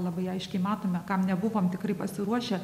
labai aiškiai matome kam nebuvom tikrai pasiruošę